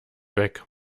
weg